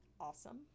awesome